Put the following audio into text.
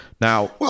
Now